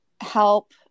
help